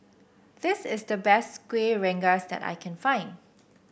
this is the best Kueh Rengas that I can find